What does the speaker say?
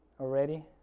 already